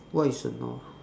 what is a nov~